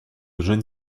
jeune